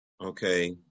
okay